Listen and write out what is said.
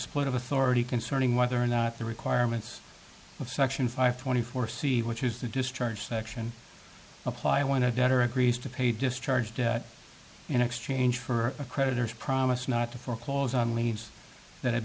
split of authority concerning whether or not the requirements of section five twenty four c which is the discharge section apply when a debtor agrees to pay discharge debt in exchange for a creditors promise not to foreclose on leads that ha